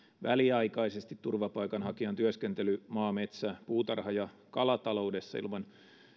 väliaikaisesti turvapaikanhakijan työskentely maa metsä puutarha ja kalataloudessa ilman